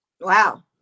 Wow